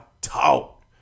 talk